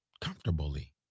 comfortably